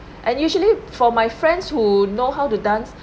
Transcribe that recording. and usually for my friends who know how to dance